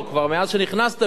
או כבר מאז נכנסתם,